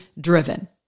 driven